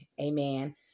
Amen